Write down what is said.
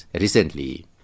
recently